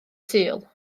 sul